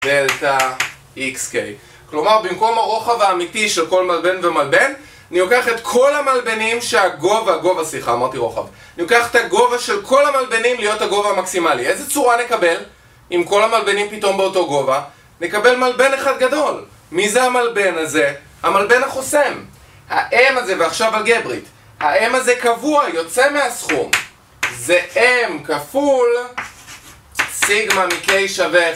Delta X K. כלומר, במקום הרוחב האמיתי של כל מלבן ומלבן, אני לוקח את כל המלבנים שהגובה, הגובה סליחה אמרתי רוחב, אני לוקח את הגובה של כל המלבנים להיות הגובה המקסימלי. איזה צורה נקבל אם כל המלבנים פתאום באותו גובה? נקבל מלבן אחד גדול. מי זה המלבן הזה? המלבן החוסם, ה-M הזה, ועכשיו אלגברית: ה-M הזה קבוע, יוצא מהסכום, זה M כפול Sigma מ-K שווה